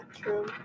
true